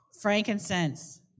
Frankincense